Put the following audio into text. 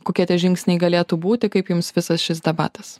kokie tie žingsniai galėtų būti kaip jums visas šis debatas